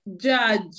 judge